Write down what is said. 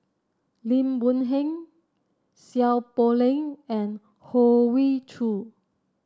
Lim Boon Heng Seow Poh Leng and Hoey Choo